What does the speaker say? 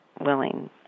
willing